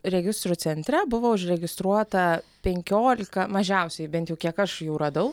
registrų centre buvo užregistruota penkiolika mažiausiai bent jau kiek aš jų radau